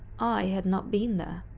i had not been there.